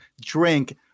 drink